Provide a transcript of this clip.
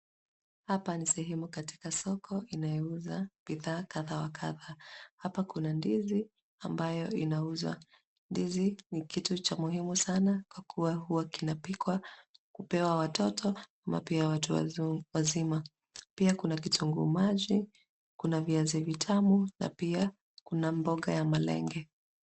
Hapa ni sehemu katika soko inayouza bidhaa kadha wa kadha. Hapa kuna ndizi ambayo inauzwa. Ndizi ni kitu cha muhimu sana kwa kuwa huwa kinapikwa kupewa watoto au pia watu wazima. Pia kuna kitunguu maji, kuna viazi vitamu na pia kuna mboga ya malenge.